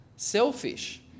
selfish